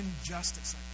injustice